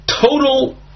total